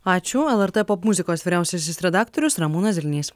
ačiū lrt popmuzikos vyriausiasis redaktorius ramūnas zilnys